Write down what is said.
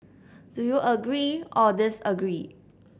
do you agree or disagree